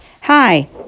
Hi